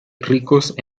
ricos